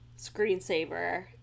screensaver